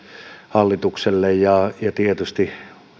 hallitukselle ja ja tietysti